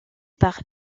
par